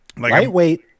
Lightweight